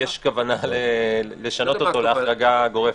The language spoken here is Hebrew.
שיש כוונה לשנות אותו להחרגה גורפת.